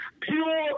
Pure